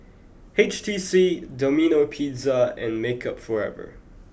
H T C Domino Pizza and Makeup Forever